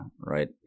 right